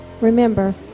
Remember